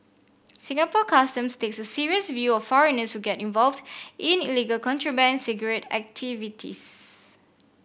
Singapore Customs takes a serious view foreigners to get involved in illegal contraband cigarette activities